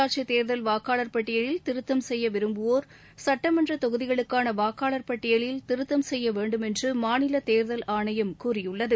உள்ளாட்சி தேர்தல் வாக்காளர் பட்டியலில் திருத்தம் தொகுதிகளுக்கான வாக்காளர் பட்டியலில் திருத்தம் செய்ய வேண்டும் என்று மாநில தேர்தல் ஆணையம் கூறியுள்ளது